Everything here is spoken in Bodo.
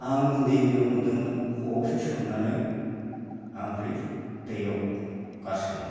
आं उन्दै उन्दैयाव नुदोंमोन ख'आवसो सोबनानै ओमफ्राय दैयाव गारसोमो